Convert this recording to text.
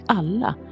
alla